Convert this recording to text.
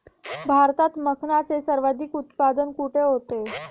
भारतात मखनाचे सर्वाधिक उत्पादन कोठे होते?